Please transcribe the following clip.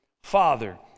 father